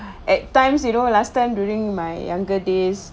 at times you know last time during my younger days